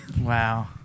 Wow